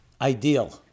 ideal